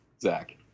Zach